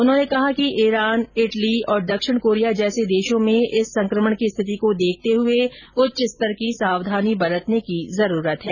उन्होंने कहा कि ईरान इटली और दक्षिण कोरिया जैसे देशों में इस संक्रमण की स्थिति को देखते हुए उच्चस्तर की सावधानी बरतने की जरूरत है